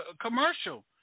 commercial